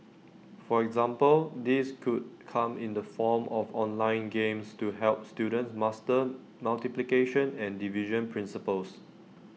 for example this could come in the form of online games to help students master multiplication and division principles